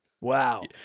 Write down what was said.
wow